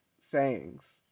sayings